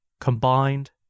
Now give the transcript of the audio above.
combined